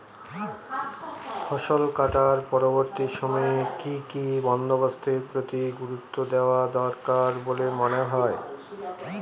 ফসলকাটার পরবর্তী সময়ে কি কি বন্দোবস্তের প্রতি গুরুত্ব দেওয়া দরকার বলে মনে হয়?